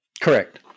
Correct